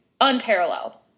unparalleled